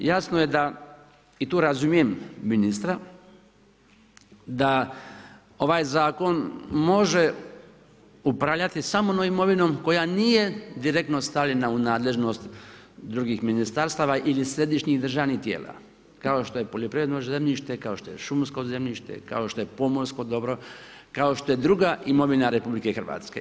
Jasno je da i tu razumijem ministra da ovaj zakon može upravljati samo onom imovinom koja nije direktno stavljena u nadležnost drugih ministarstava ili središnjih državnih tijela kao što je poljoprivredno zemljište, kao što je šumsko zemljište, kao što je pomorsko dobro, kao što je druga imovina RH.